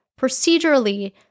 Procedurally